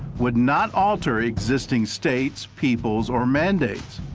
would not alter existing states, peoples, or mandates,